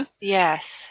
yes